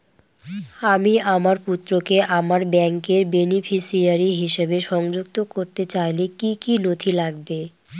আমি আমার পুত্রকে আমার ব্যাংকের বেনিফিসিয়ারি হিসেবে সংযুক্ত করতে চাইলে কি কী নথি লাগবে?